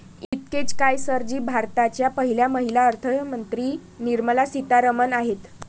इतकेच काय, सर जी भारताच्या पहिल्या महिला अर्थमंत्री निर्मला सीतारामन आहेत